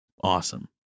awesome